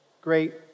great